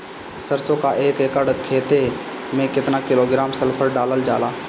सरसों क एक एकड़ खेते में केतना किलोग्राम सल्फर डालल जाला?